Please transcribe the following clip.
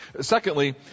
Secondly